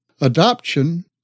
Adoption